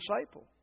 disciple